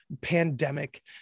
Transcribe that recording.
pandemic